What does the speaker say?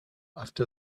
after